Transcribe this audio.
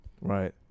Right